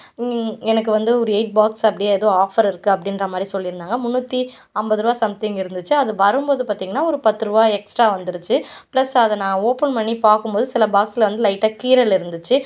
இங்கே எனக்கு வந்து ஒரு எயிட் பாக்ஸ் அப்படியே ஏதோ ஆஃபர் இருக்குது அப்படின்ற மாதிரி சொல்லிருந்தாங்கள் முந்நூத்தி ஐம்பது ரூபா சம்திங் இருந்துச்சு அது வரும் போது பார்த்தீங்கன்னா ஒரு பத்து ரூபா எக்ஸ்ட்ரா வந்துடுச்சு ப்ளஸ் அதை நான் ஓப்பன் பண்ணி பார்க்கும் போது சில பாக்ஸில் வந்து லைட்டாக கீரல் இருந்துச்சு